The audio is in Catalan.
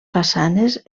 façanes